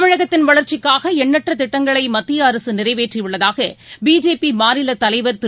தமிழகத்தின் வளர்ச்சிக்காக எண்ணற்ற திட்டங்களை மத்திய அரசு நிறைவேற்றியுள்ளதாக பிஜேபி மாநிலத் தலைவர் திரு